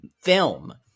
film